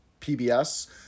PBS